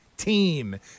team